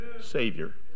Savior